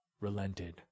relented